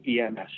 EMS